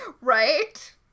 Right